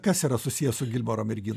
kas yra susiję su gilmaro merginom